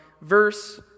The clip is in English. verse